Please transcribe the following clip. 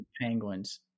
Penguins